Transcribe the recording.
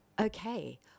okay